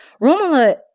Romola